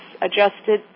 adjusted